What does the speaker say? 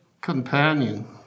companion